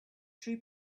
true